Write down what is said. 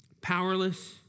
Powerless